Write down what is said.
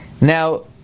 Now